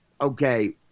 okay